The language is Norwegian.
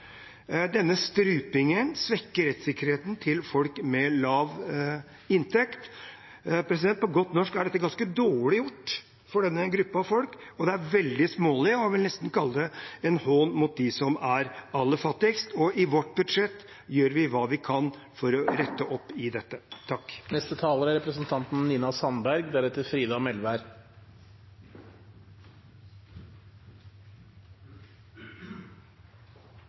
Denne strupingen svekker rettssikkerheten for folk med lav inntekt. På godt norsk er dette ganske dårlig gjort overfor denne gruppen av folk, og det er veldig smålig – jeg vil nesten kalle det en hån – mot dem som er aller fattigst, og i vårt budsjett gjør vi hva vi kan for å rydde opp i dette.